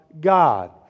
God